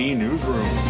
newsroom